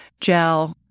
gel